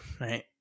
right